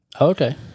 Okay